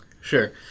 Sure